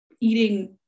eating